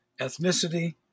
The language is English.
ethnicity